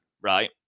right